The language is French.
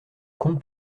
compte